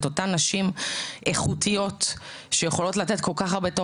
את אותן נשים איכותיות שיכולות לתת כל כך הרבה טוב